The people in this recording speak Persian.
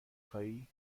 خوایی